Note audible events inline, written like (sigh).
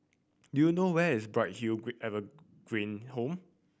do you know where is Bright Hill (unintelligible) Evergreen Home